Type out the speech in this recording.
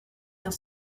dans